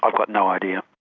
i've got no idea.